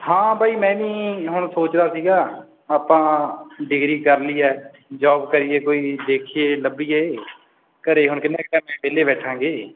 ਹਾਂ ਬਾਈ ਮੈਂ ਵੀ ਹੁਣ ਸੋਚਦਾ ਸੀਗਾ ਆਪਾਂ ਡਿਗਰੀ ਕਰ ਲਈ ਹੈ ਜੋਬ ਕਰੀਏ ਕੋਈ ਦੇਖੀਏ ਲੱਭੀਏ ਘਰ ਹੁਣ ਕਿੰਨੇ ਕੁ ਟਾਇਮ ਐਂ ਵਿਹਲੇ ਬੈਠਾਂਗੇ